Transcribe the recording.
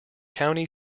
county